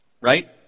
Right